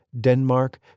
Denmark